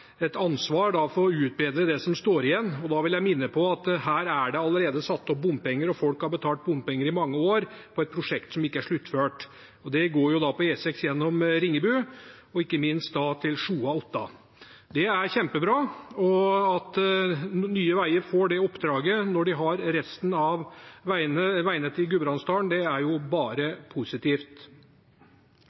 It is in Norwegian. et ansvar for å utbedre det som står igjen. Da vil jeg minne om at her er det allerede bompenger. Folk har betalt bompenger i mange år for et prosjekt som ikke er sluttført. Det går på E6 gjennom Ringebu og ikke minst til Sjoa og Otta. Det er kjempebra at Nye veier får det oppdraget når de har resten av veinettet i Gudbrandsdalen – det er bare positivt.